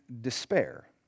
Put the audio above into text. despair